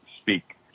speak